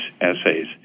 essays